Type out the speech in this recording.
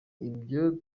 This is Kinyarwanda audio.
ibyo